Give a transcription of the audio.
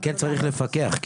אבל כן צריך לפקח,